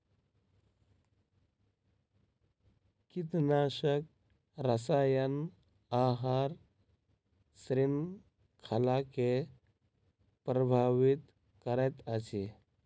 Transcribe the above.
कीटनाशक रसायन आहार श्रृंखला के प्रभावित करैत अछि